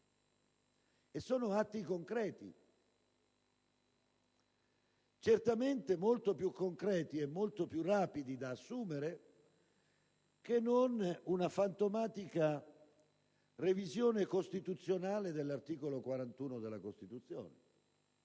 e sono atti concreti, certamente molto più concreti e molto più rapidi da assumere che non una fantomatica revisione dell'articolo 41 della Costituzione